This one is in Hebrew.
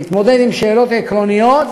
להתמודד עם שאלות עקרוניות,